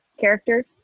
character